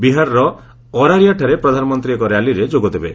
ବିହାରର ଅରାରିଆଠାରେ ପ୍ରଧାନମନ୍ତ୍ରୀ ଏକ ର୍ୟାଲିରେ ଯୋଗଦେବେ